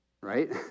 right